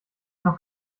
noch